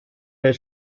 der